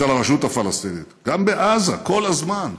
אצל הרשות הפלסטינית, גם בעזה, כל הזמן.